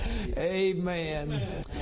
Amen